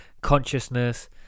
consciousness